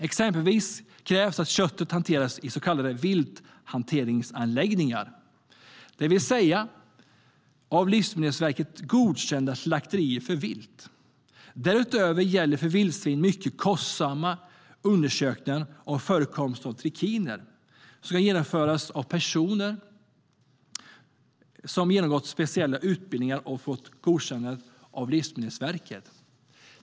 Exempelvis krävs det att köttet hanteras i så kallade vilthanteringsanläggningar, det vill säga av Livsmedelsverket godkända slakterier för vilt. Därutöver gäller för vildsvin mycket kostsamma undersökningar av förekomsten av trikiner, som ska genomföras av personer som genomgått speciella utbildningar och fått godkännande av Livsmedelsverket.